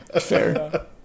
Fair